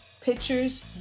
pictures